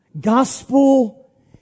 Gospel